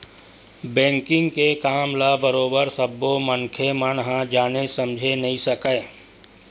banking के काम ल बरोबर सब्बे मनखे मन ह जाने समझे नइ सकय